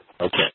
Okay